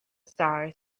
stars